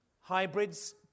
hybrids